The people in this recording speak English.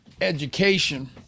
education